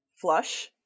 flush